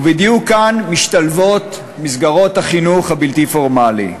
ובדיוק כאן משתלבות מסגרות החינוך הבלתי-פורמלי.